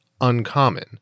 uncommon